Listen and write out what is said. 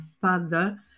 father